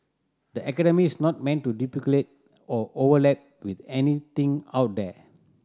the academy is not meant to duplicate or overlap with anything out there